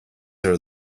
are